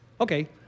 Okay